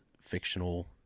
fictional